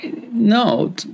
No